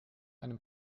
einem